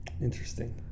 Interesting